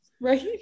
Right